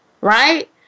right